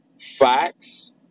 facts